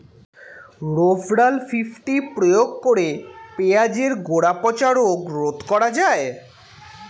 Rovral fifty প্রয়োগ করে পেঁয়াজের গোড়া পচা রোগ রোধ করা যায়?